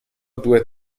due